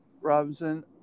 Robinson